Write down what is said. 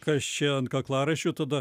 kas čia ant kaklaraiščio tada